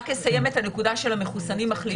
אסיים את הנקודה של המחוסנים-מחלימים.